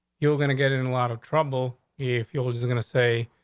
you're gonna get in a lot of trouble. if you're just gonna say,